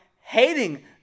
hating